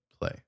play